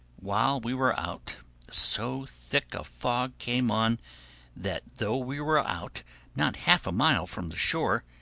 while we were out so thick a fog came on that though we were out not half a mile from the shore,